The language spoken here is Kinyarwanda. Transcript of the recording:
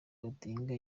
odinga